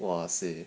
!wahseh!